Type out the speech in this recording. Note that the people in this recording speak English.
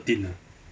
thirteen ah